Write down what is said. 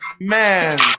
man